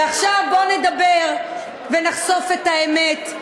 ועכשיו בוא נדבר ונחשוף את האמת,